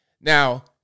Now